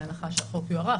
בהנחה שהחוק יוארך,